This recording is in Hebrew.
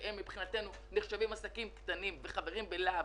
שהם מבחינתנו נחשבים עסקים קטנים וחברים בלה"ב,